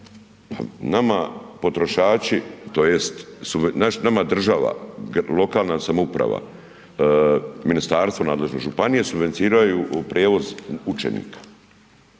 nama potrošači tj. nama država lokalna samouprava, ministarstvo nadležno, županije financiraju prijevoz učenika,